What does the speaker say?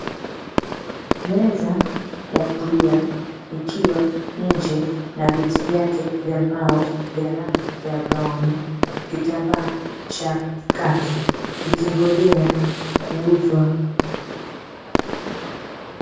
Meza ya kulia ikiwa nje na viti vyake vya mbao vya rangi ya kahawia, kitambaa cha kaki vikingojea kuuzwa.